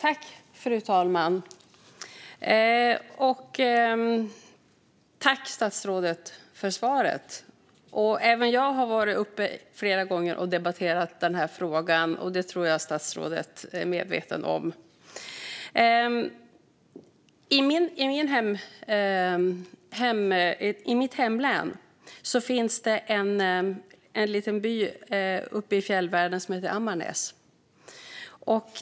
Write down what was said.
Fru talman! Jag tackar statsrådet för svaret. Även jag har debatterat den här frågan flera gånger, och det tror jag att statsrådet är medveten om. I mitt hemlän finns det en liten by uppe i fjällvärlden som heter Ammarnäs.